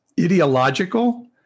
ideological